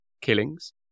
killings